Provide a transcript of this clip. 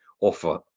offer